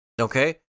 okay